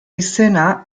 izena